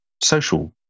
social